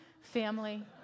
Family